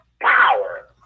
power